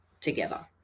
together